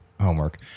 homework